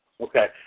Okay